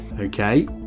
okay